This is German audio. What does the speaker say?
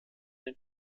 den